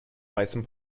weißem